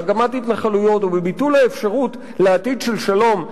בהקמת התנחלויות ובביטול האפשרות לעתיד של שלום,